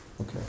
Okay